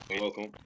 Welcome